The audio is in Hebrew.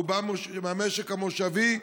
רובן מהמשק המושבי,